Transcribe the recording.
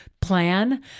plan